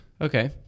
Okay